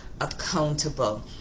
Accountable